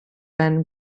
been